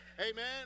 amen